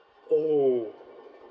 oh